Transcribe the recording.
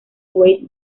wade